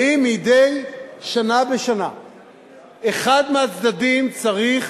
ואם מדי שנה בשנה אחד מהצדדים צריך